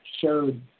showed